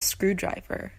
screwdriver